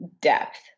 depth